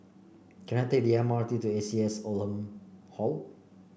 can I take the M R T to A C S Oldham Hall